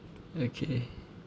okay